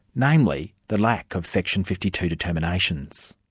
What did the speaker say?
namely the lack of section fifty two determinations.